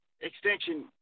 extension